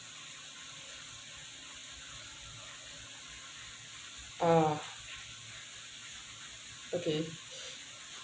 uh okay